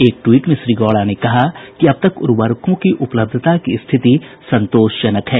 एक ट्वीट में श्री गौड़ा ने कहा कि अब तक उर्वरकों की उपलब्धता की स्थिति संतोषजनक है